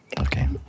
Okay